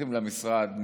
הולכים למשרד,